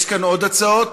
יש כאן עוד הצעות?